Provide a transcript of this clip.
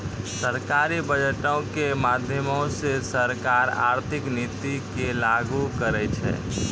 सरकारी बजटो के माध्यमो से सरकार आर्थिक नीति के लागू करै छै